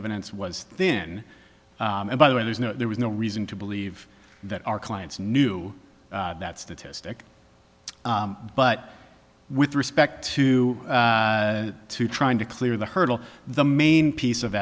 evidence was thin and by the way there's no there was no reason to believe that our clients knew that statistic but with respect to to trying to clear the hurdle the main piece of